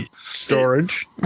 storage